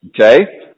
Okay